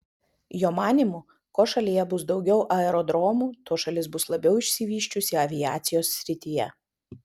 jo manymu kuo šalyje bus daugiau aerodromų tuo šalis bus labiau išsivysčiusi aviacijos srityje